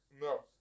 No